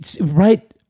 right